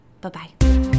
bye-bye